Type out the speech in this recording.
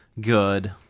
good